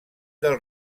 del